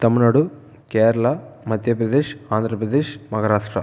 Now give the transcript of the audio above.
Tamil Nadu Kerala Madhya Pradesh Andhra Pradesh Maharashtra